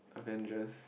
adventures